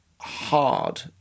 hard